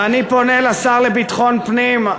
ואני פונה לשר לביטחון פנים,